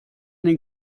den